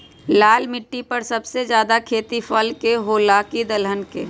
लाल मिट्टी पर सबसे ज्यादा खेती फल के होला की दलहन के?